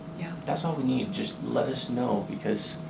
that's all we need, just let us know because